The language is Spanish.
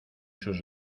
sus